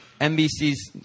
NBC's